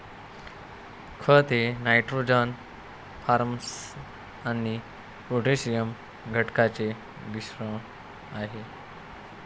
खत हे nitrogen phosphorus आणि पोटॅशियम घटकांचे मिश्रण आहे